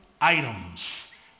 items